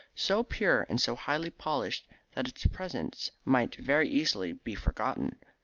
so pure and so highly polished that its presence might very easily be forgotten.